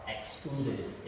excluded